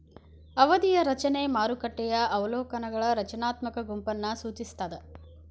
ಅವಧಿಯ ರಚನೆ ಮಾರುಕಟ್ಟೆಯ ಅವಲೋಕನಗಳ ರಚನಾತ್ಮಕ ಗುಂಪನ್ನ ಸೂಚಿಸ್ತಾದ